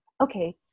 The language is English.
okay